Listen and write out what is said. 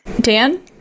Dan